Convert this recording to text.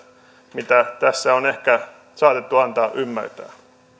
mitä tässä on ehkä saatettu antaa ymmärtää